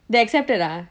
they accept it ah